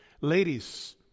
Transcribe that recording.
Ladies